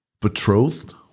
betrothed